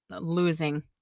losing